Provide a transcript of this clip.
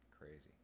Crazy